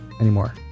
anymore